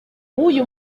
w’uyu